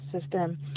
system